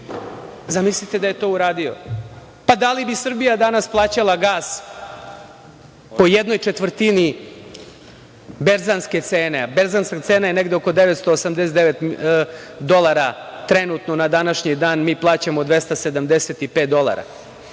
Zamislite da je to uradio. Da li bi Srbija danas plaćala gas po jednoj četvrtini berzanske cene, a berzanska cena je negde oko 989 dolara trenutno na današnji dan. Mi plaćamo 275 dolara.